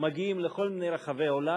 לכל מיני רחבי עולם.